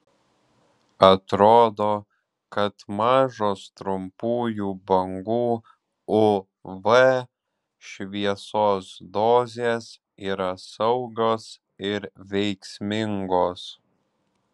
atrodo kad mažos trumpųjų bangų uv šviesos dozės yra saugios ir veiksmingos